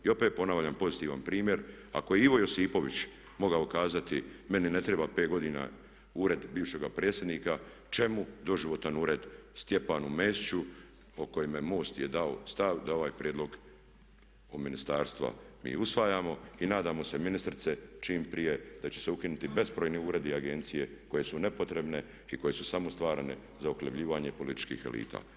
I opet ponavljam pozitivan primjer, ako Ivo Josipović mogao kazati meni ne treba pet godina ured bivšega predsjednika, čemu doživotan ured Stjepanu Mesiću o kome je MOST dao stav da ovaj prijedlog od Ministarstva mi usvajamo i nadamo se ministrice čim prije da će ukinuti bezbrojni uredi, agencije koje su nepotrebne i koje su samo stvarano za uhljebljivanje političkih elita.